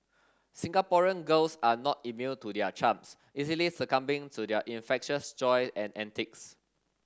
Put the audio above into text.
Singaporean girls are not immune to their charms easily succumbing to their infectious joy and antics